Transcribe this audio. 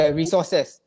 resources